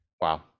Wow